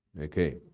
Okay